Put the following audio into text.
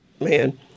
man